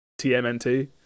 Tmnt